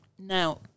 Now